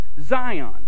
Zion